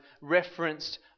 referenced